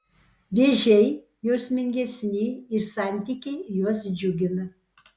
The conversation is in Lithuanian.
vėžiai jausmingesni ir santykiai juos džiugina